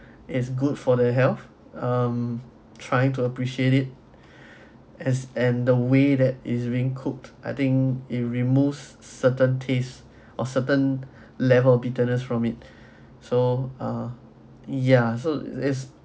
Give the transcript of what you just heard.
is good for the health um trying to appreciate it as and the way that is being cooked I think it removes certain taste or certain level of bitterness from it so ah yeah so it is